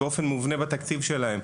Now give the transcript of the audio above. באופן מובנה בתקציב שלהם,